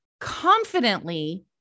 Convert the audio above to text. Confidently